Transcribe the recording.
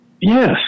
Yes